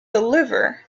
deliver